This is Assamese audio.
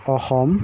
অসম